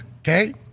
okay